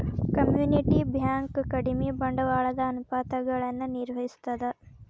community bank ಕಡಿಮಿ ಬಂಡವಾಳದ ಅನುಪಾತಗಳನ್ನ ನಿರ್ವಹಿಸ್ತದ